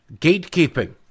gatekeeping